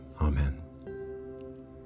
Amen